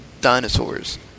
dinosaurs